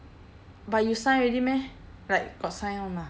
but you sign already meh like got sign [one] mah